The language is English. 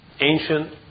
ancient